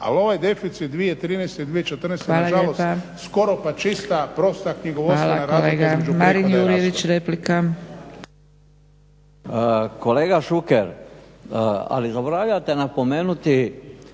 Ali ovaj deficit 2013. i 2014. nažalost je skoro pa čista prosta knjigovodstvena razlika